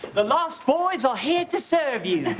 the lost boys are here to serve you.